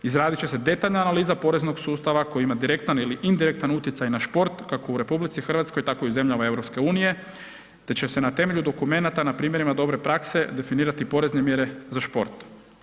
Izraditi će se detaljna analiza poreznog sustava koji ima direktan ili indirektan utjecaj na šport, kako u RH tako i u zemljama EU te će se na temelju dokumenata na primjerima dobre prakse definirati porezne mjere za šport.